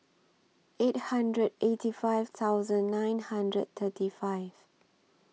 eight hundred eighty five thousand nine hundred thirty five